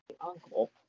Uncle